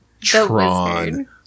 Tron